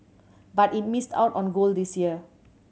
but it missed out on gold this year